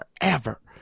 forever